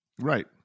Right